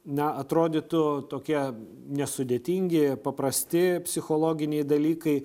na atrodytų tokia nesudėtingi paprasti psichologiniai dalykai